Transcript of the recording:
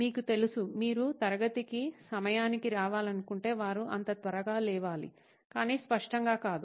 మీకు తెలుసు మీరు తరగతికి సమయానికి రావాలనుకుంటే వారు అంత త్వరగా లేవాలి కాని స్పష్టంగా కాదు